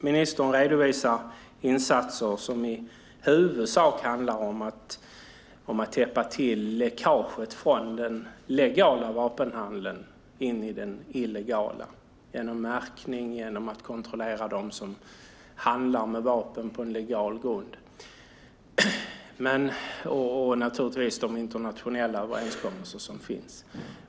Ministern redovisar insatser som i huvudsak handlar om att täppa till läckaget från den legala vapenhandeln in i den illegala. Det ska ske med hjälp av märkning och kontroll av dem som handlar med vapen på legal grund och naturligtvis med hjälp av de internationella överenskommelser som finns.